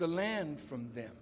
the land from them